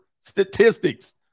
statistics